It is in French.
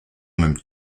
même